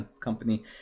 company